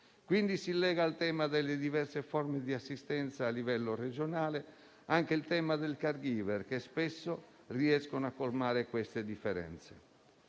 Quindi, al tema delle diverse forme di assistenza a livello regionale si lega anche il tema dei *caregiver*, che spesso riescono a colmare queste differenze.